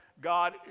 God